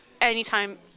anytime